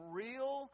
real